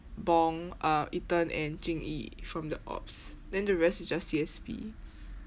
bong uh ethan and jing yi from the ops then the rest is just C_S_P